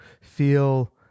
feel